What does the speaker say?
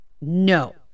no